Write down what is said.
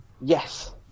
Yes